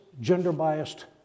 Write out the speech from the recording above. gender-biased